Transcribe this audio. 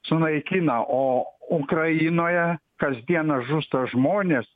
sunaikina o ukrainoje kasdieną žūsta žmonės